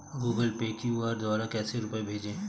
Google Pay QR द्वारा कैसे रूपए भेजें?